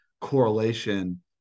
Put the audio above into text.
correlation